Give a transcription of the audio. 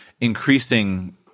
increasing